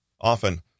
Often